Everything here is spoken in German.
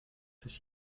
sich